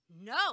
No